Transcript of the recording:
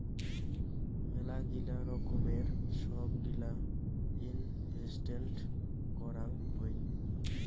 মেলাগিলা রকমের সব গিলা ইনভেস্টেন্ট করাং হই